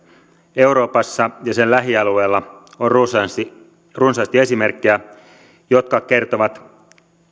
euroopassa ja sen lähialueella on runsaasti runsaasti esimerkkejä jotka kertovat